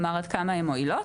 כלומר עד כמה הן מועילות.